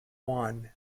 juan